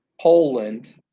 Poland